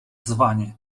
звані